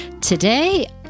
Today